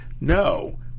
no